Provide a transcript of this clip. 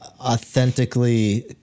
authentically